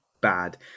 bad